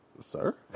Sir